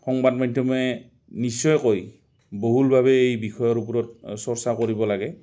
সংবাদ মাধ্যমে নিশ্চয়কৈ বহুলভাৱে এই বিষয়ৰ ওপৰত চৰ্চা কৰিব লাগে